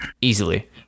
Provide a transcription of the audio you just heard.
easily